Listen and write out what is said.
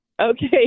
Okay